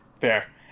Fair